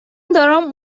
دارم